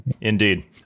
Indeed